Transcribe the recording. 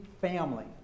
family